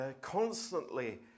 constantly